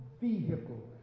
vehicle